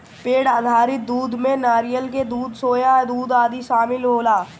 पेड़ आधारित दूध में नारियल के दूध, सोया दूध आदि शामिल होला